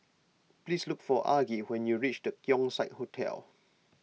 please look for Argie when you reach the Keong Saik Hotel